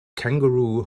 kangaroo